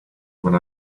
when